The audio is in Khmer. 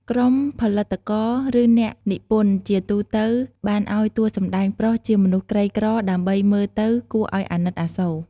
ក្រុមផលិតករ ឬអ្នកនិពន្ធជាទូទៅបានឲ្យតួសម្ដែងប្រុសជាមនុស្សក្រីក្រ ដើម្បីមើលទៅគួរឲ្យអាណិតអាសូរ ។